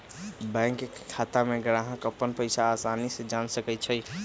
bank के खाता में ग्राहक अप्पन पैसा असानी से जान सकई छई